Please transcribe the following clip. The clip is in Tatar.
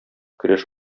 көрәш